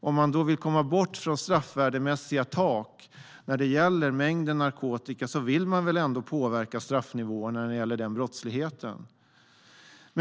Om man vill komma bort från straffvärdemässiga tak när det gäller mängden narkotika vill man väl ändå påverka straffnivåerna när det gäller den brottsligheten.